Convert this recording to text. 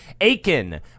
Aiken